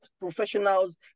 professionals